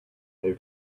over